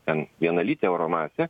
ten vienalytė oro masė